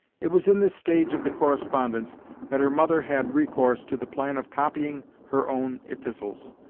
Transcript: it was in this stage of the correspondence that her mother had recourse to the plan of copying her own epistles.